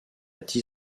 petit